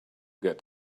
get